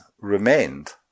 remained